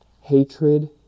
hatred